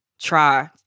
try